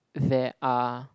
there are